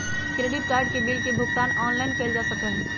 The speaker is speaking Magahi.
क्रेडिट कार्ड के बिल के भुगतान ऑनलाइन कइल जा सका हई